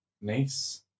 Nice